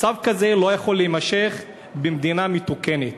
מצב כזה לא יכול להימשך במדינה מתוקנת.